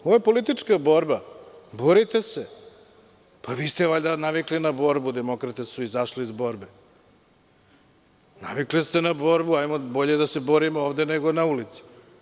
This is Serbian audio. Ovo je politička borba, borite se, vi ste valjda navikli na borbu, demokrate su izašle iz borbe, navikli ste, jer bolje je da se borimo ovde nego na ulici.